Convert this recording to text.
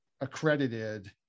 Accredited